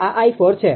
આ 𝑖4 છે